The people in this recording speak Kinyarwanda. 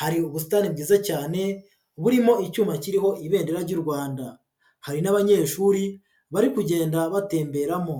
hari ubusitani bwiza cyane burimo icyuma kiriho Ibendera ry'u Rwanda, hari n'abanyeshuri bari kugenda batemberamo.